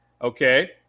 Okay